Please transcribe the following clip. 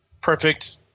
perfect